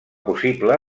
possible